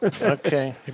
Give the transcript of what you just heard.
Okay